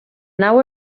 nau